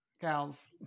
gals